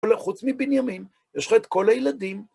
חוץ מבנימין, יש לך את כל הילדים.